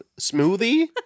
smoothie